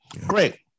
great